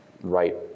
right